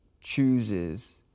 chooses